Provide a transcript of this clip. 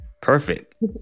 Perfect